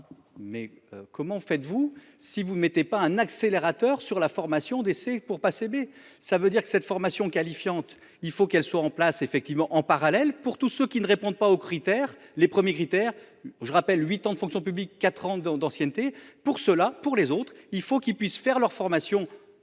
Mais comment faites-vous, si vous ne mettez pas un accélérateur sur la formation des c'est pour passer mais ça veut dire que cette formation qualifiante. Il faut qu'elle soit en place effectivement en parallèle pour tous ceux qui ne répondent pas aux critères les premiers critères, je rappelle 8 ans de fonction publique 4 ans d'ancienneté. Pour cela, pour les autres, il faut qu'ils puissent faire leur formation.